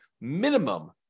minimum